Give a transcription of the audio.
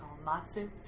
Matsu